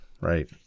Right